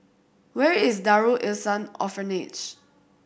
where is Darul Ihsan Orphanage